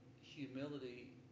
humility